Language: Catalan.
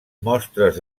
mostres